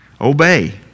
Obey